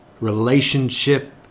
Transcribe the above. relationship